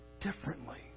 differently